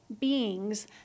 beings